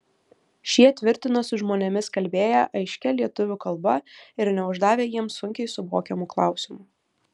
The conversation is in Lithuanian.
šie tvirtina su žmonėmis kalbėję aiškia lietuvių kalba ir neuždavę jiems sunkiai suvokiamų klausimų